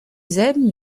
selben